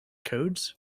codes